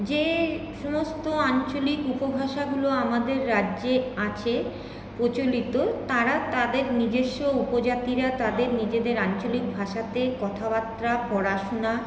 যে সমস্ত আঞ্চলিক উপভাষাগুলো আমাদের রাজ্যে আছে প্রচলিত তারা তাদের নিজস্ব উপজাতিরা তাদের নিজেদের আঞ্চলিক ভাষাতে কথাবার্তা পড়াশুনা